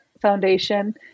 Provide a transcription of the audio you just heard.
foundation